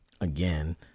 again